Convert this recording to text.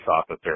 officer